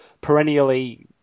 perennially